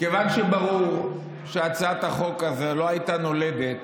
כיוון שברור שהצעת החוק הזו לא הייתה נולדת